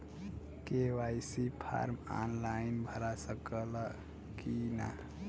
KYC form online भरा सकला की ना?